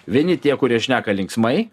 vieni tie kurie šneka linksmai